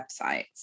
websites